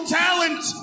talent